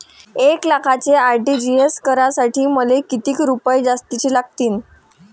एक लाखाचे आर.टी.जी.एस करासाठी मले कितीक रुपये जास्तीचे लागतीनं?